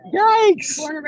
yikes